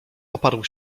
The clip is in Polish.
oparł